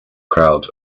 crowd